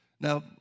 Now